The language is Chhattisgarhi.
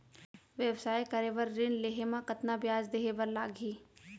व्यवसाय करे बर ऋण लेहे म कतना ब्याज देहे बर लागही?